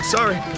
Sorry